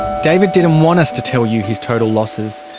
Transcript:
david didn't want us to tell you his total losses,